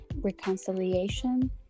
reconciliation